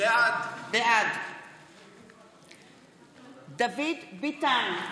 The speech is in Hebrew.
בעד דוד ביטן,